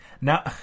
now